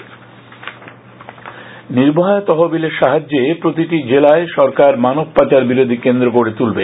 মানব পাচার নির্ভয়া তহবিলের সাহায্যে প্রতিটি জেলায় সরকার মানব পাচার বিরোধী কেন্দ্র গড়ে তুলবে